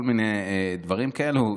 כל מיני דברים כאלו.